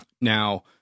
Now